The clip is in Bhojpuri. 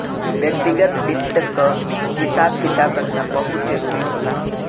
व्यक्तिगत वित्त क हिसाब किताब रखना बहुत जरूरी होला